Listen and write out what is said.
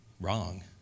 wrong